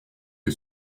que